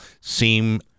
seem